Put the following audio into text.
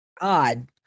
Odd